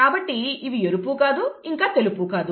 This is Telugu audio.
కాబట్టి ఇవి ఎరుపు కాదు ఇంకా తెలుపు కాదు